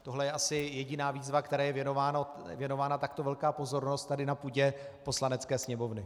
Tohle je asi jediná výzva, které je věnována takto velká pozornost tady na půdě Poslanecké sněmovny.